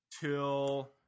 till